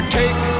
take